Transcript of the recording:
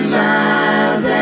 miles